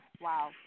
Wow